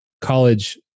college